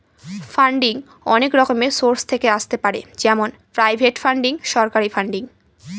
funding অনেক রকমের source থেকে আসতে পারে যেমন প্রাইভেট ফান্ডিং, সরকারি ফান্ডিং